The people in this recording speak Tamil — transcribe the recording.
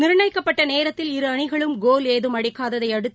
நிர்ணயிக்கப்பட்ட நேரத்தில் இரு அணிகளும் கோல் ஏதும் அடிக்காததை அடுத்து